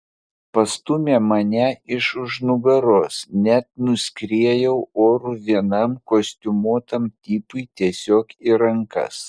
pastūmė mane iš už nugaros net nuskriejau oru vienam kostiumuotam tipui tiesiog į rankas